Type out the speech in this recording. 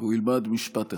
הוא ילמד משפט אחד.